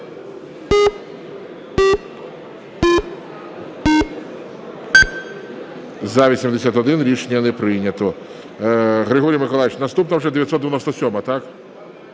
За-81 Рішення не прийнято. Григорій Миколайович, наступна вже 997-а – так?